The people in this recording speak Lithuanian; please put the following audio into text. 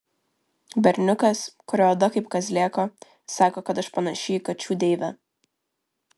berniukas kurio oda kaip kazlėko sako kad aš panaši į kačių deivę